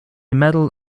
medal